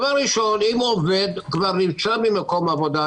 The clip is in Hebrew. אם העובד נמצא במקום העבודה,